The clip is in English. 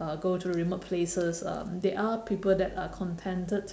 uh go to remote places um there are people that are contented